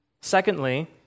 Secondly